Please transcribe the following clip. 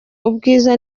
ubwiza